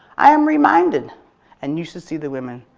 i am reminded and you should see the women.